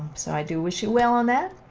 so, i do wish you well on that.